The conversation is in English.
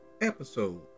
episode